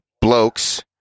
blokes